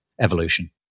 evolution